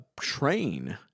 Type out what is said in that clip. train